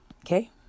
Okay